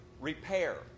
repair